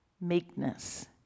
meekness